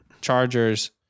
Chargers